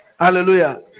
Hallelujah